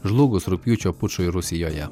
žlugus rugpjūčio pučui rusijoje